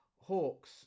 Hawks